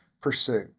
pursue